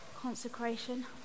consecration